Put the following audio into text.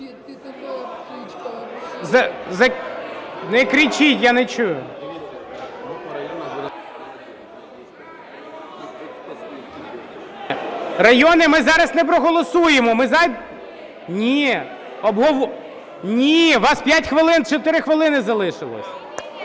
Не кричіть, я не чую. Райони ми зараз не проголосуємо, ми... Ні, у вас 5 хвилин, 4 хвилини залишилось.